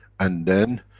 and then,